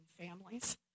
families